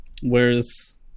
Whereas